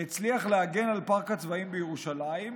שהצליח להגן על פארק הצבאים בירושלים,